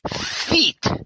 feet